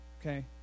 Okay